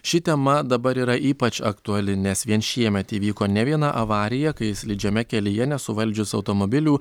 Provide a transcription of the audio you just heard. ši tema dabar yra ypač aktuali nes vien šiemet įvyko ne viena avarija kai slidžiame kelyje nesuvaldžius automobilių